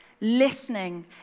Listening